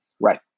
Right